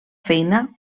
feina